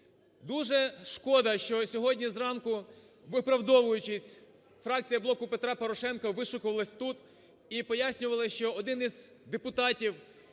Дуже шкода, що сьогодні зранку, виправдовуючись, фракція "Блоку Петра Порошенка" вишукувалась тут і пояснювала, що один із депутатів,